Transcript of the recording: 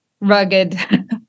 rugged